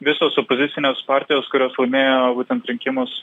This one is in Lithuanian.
visos opozicinės partijos kurios laimėjo būtent rinkimus